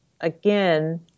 again